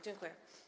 Dziękuję.